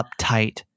uptight